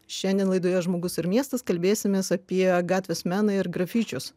šiandien laidoje žmogus ir miestas kalbėsimės apie gatvės meną ir grafičius